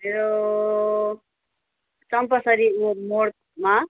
त्यो चम्पासरी मोड मोडमा